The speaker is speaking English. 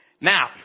now